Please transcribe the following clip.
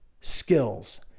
skills